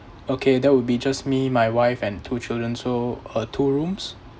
okay that would be just me my wife and two children so uh two rooms